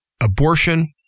abortion